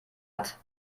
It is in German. hat